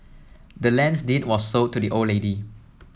the land's deed was sold to the old lady